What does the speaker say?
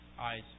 eyes